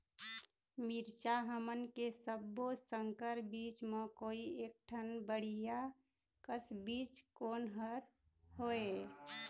मिरचा हमन के सब्बो संकर बीज म कोई एक ठन बढ़िया कस बीज कोन हर होए?